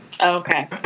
Okay